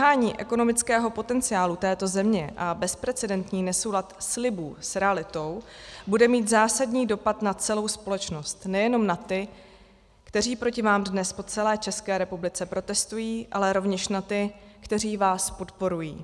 Mrhání ekonomického potenciálu této země a bezprecedentní nesoulad slibů s realitou bude mít zásadní dopad na celou společnost, nejenom na ty, kteří proti vám dnes po celé České republice protestují, ale rovněž na ty, kteří vás podporují.